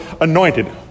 anointed